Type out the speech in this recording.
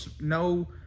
no